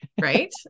Right